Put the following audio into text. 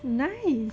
because it's nice